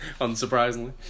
unsurprisingly